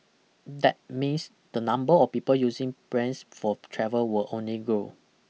that means the number of people using planes for travel will only grow